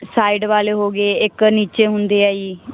side ਵਾਲੇ ਹੋ ਗੇ ਇੱਕ ਨੀਚੇ ਹੁੰਦੇ ਐ ਜੀ